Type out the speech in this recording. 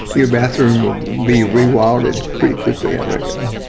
your bathroom be rewilded pretty quickly i reckon.